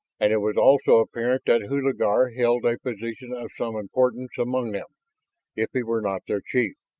and it was also apparent that hulagur held a position of some importance among them if he were not their chief.